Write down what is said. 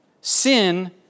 Sin